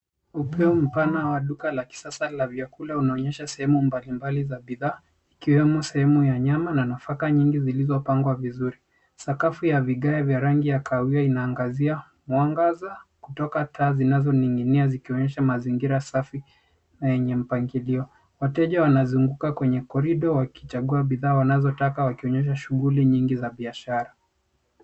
Upeo mpana wa duka la kisasa la vyakula unaonyesha sehemu mbalimbali za bidhaa, ikiwemo sehemu ya nyama na nafaka nyingi zilizopangwa vizuri. Sakafu ya vigae vya rangi ya kahawia inaangazia mwangaza, kutoka taa zinazoning'inia zikionyesha mazingira safi na yenye mpangilio. Wateja wanazunguka kwenye corridor wakichagua bidhaa wanazotaka wakionyesha shughuli nyingi za biashara.